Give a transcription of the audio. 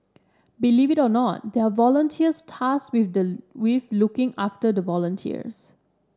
believe it or not there are volunteers tasked with the with looking after the volunteers